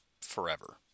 forever